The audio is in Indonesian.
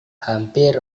hampir